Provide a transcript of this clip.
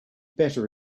better